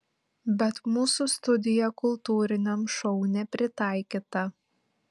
bet mūsų studija kultūriniam šou nepritaikyta